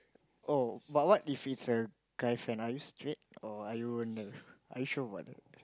oh but what if it's a guy friend are you straight or are you in love are you sure about that